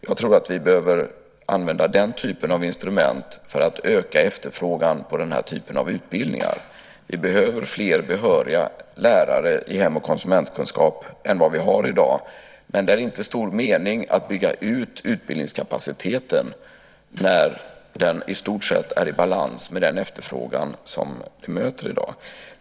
Jag tror att vi behöver använda den typen av instrument för att öka efterfrågan på den här typen av utbildningar. Vi behöver fler behöriga lärare i hem och konsumentkunskap än vi har i dag, men det är inte stor mening med att bygga ut utbildningskapaciteten när den i stort sett är i balans med den efterfrågan som vi möter i dag.